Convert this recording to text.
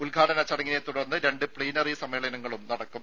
ഉദ്ഘാടന ചടങ്ങിനെ തുടർന്ന് രണ്ട് പ്ലീനറി സമ്മേളനങ്ങളും നടക്കും